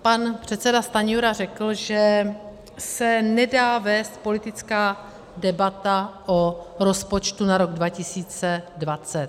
Pan předseda Stanjura řekl, že se nedá vést politická debata o rozpočtu na rok 2020.